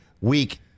week